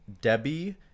Debbie